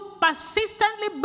persistently